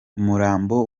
umurambo